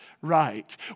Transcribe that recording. right